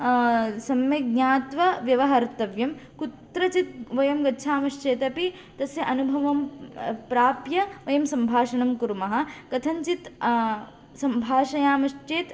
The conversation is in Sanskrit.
सम्यग्ज्ञात्वा व्यवहर्तव्यं कुत्रचित् वयं गच्छामश्चेदपि तस्य अनुभवं प्राप्य वयं सम्भाषणं कुर्मः कथञ्चित् सम्भाषयामश्चेत्